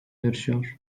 yarışıyor